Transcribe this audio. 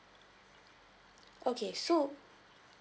okay so